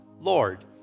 Lord